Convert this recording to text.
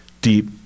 deep